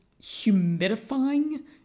humidifying